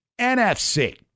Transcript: nfc